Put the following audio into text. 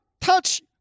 touch